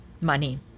money